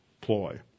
ploy